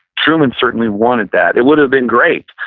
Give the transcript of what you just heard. truman certainly wanted that. it would have been great.